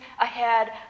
ahead